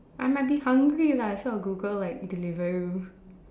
I might be hungry lah so I'll Google like Deliveroo